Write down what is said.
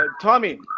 Tommy